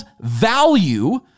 value